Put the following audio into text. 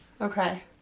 Okay